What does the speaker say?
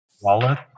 wallet